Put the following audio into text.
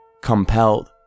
compelled